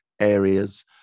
areas